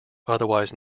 otherwise